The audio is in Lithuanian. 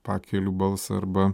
pakeliu balsą arba